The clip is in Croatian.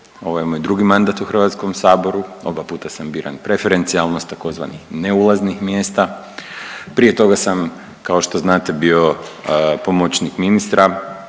ovo je moj drugi mandat u HS-u, oba puta sam biran preferencijalno, s tzv. neulaznih mjesta, prije toga sam, kao što znate, bio pomoćnik ministra